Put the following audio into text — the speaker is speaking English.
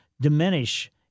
diminish